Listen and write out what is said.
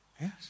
Yes